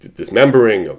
dismembering